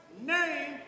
name